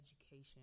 education